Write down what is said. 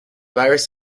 virus